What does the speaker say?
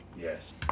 Yes